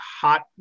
hot